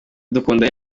iradukunda